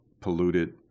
polluted